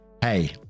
Hey